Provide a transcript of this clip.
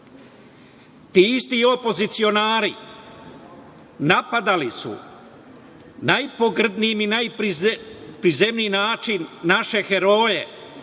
isti opozicionari napadali su najpogrdnijim i na najprizemniji način naše heroje,